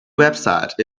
website